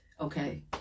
okay